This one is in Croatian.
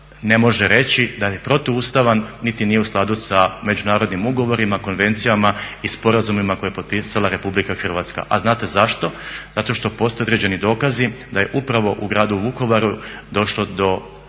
ne može reći da je protuustavan niti nije u skladu sa međunarodnim ugovorima, konvencijama i sporazumima koje je potpisala RH. A znate zašto? zato što postoje određeni dokazi da je upravo u gradu Vukovaru došlo do